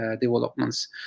developments